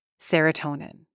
serotonin